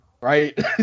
Right